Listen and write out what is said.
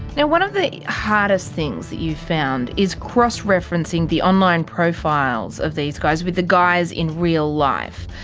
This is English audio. now one of the hardest things that you found is cross referencing the online profiles of these guys with the guys in real life.